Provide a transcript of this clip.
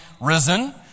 risen